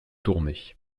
tourné